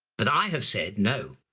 but i have said, no,